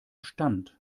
stand